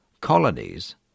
Colonies